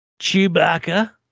Chewbacca